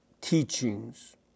teachings